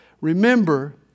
Remember